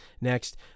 Next